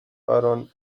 baron